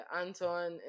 Anton